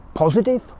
positive